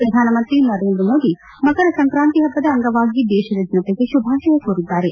ಪ್ರಧಾನಮಂತ್ರಿ ನರೇಂದ್ರ ಮೋದಿ ಮಕರ ಸಂಕ್ರಾಂತಿ ಹಬ್ಲದ ಅಂಗವಾಗಿ ದೇಶದ ಜನತೆಗೆ ಶುಭಾಶಯ ಕೋರಿದ್ದಾರೆ